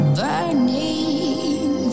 burning